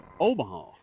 Omaha